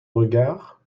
regards